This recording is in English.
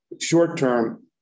short-term